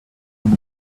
vous